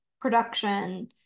production